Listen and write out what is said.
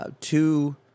two